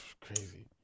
Crazy